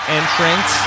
entrance